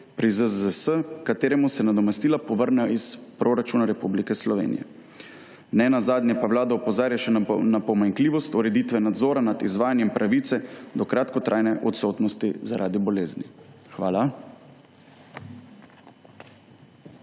pri ZZZS kateremu se nadomestila povrnejo iz proračuna Republike Slovenije. Nenazadnje pa Vlada opozarja še na pomanjkljivost ureditve nadzora nad izvajanjem pravice do kratkotrajne odsotnosti zaradi bolezni. Hvala.